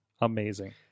amazing